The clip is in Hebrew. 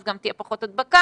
אז גם תהיה פחות הדבקה.